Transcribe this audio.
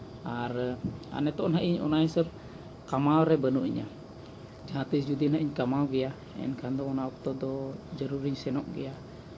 ᱟᱨ ᱱᱤᱛᱳᱜ ᱱᱟᱦᱟᱜ ᱤᱧ ᱚᱱᱟ ᱦᱤᱥᱟᱹᱵᱽ ᱠᱟᱢᱟᱣ ᱨᱮ ᱵᱟᱹᱱᱩᱜ ᱤᱧᱟᱹ ᱡᱟᱦᱟᱸ ᱛᱤᱥ ᱡᱩᱫᱤ ᱦᱟᱸᱜ ᱤᱧ ᱠᱟᱢᱟᱣ ᱜᱮᱭᱟ ᱮᱱᱠᱷᱟᱱ ᱫᱚ ᱚᱱᱟ ᱚᱠᱛᱚ ᱫᱚ ᱡᱟᱨᱩᱲᱤᱧ ᱥᱮᱱᱚᱜ ᱜᱮᱭᱟ